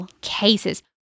cases